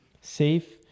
safe